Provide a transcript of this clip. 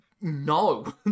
no